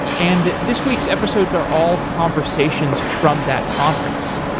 and this week's episode are all conversations from that conference.